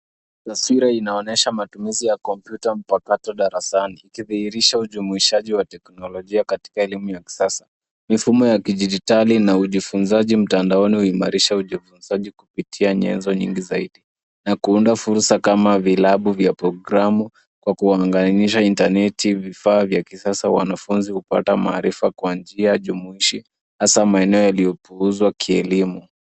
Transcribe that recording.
Taswira inaonyesha matumizi ya komputa mpakato darasani ikidhihirisha hujumuishaji wa teknolojia katika elimu ya kisasa. Mifumo ya kidijitali na ujifunzaji mtandaoni huimarisha ujifunzaji kupitia nyezo nyingi zaidi na kuunda fursa kama vilabu vya program kwa kuunganisha internet vifaa vya kisasa wanafunzi hupata maarifa kwa njia jumuisho hasa maeneo yaliyo puuzwa kielimu.